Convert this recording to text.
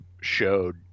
showed